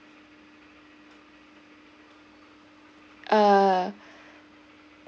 err